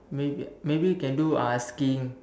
maybe maybe you can do asking